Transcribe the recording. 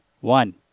One